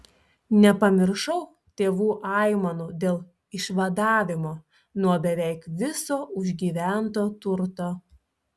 nepamiršau tėvų aimanų dėl išvadavimo nuo beveik viso užgyvento turto